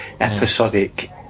episodic